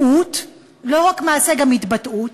"התבטאות"; לא רק מעשה, גם התבטאות